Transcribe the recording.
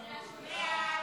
הצבעה.